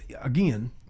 again